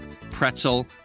pretzel